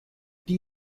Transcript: die